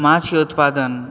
माछ के उत्पादन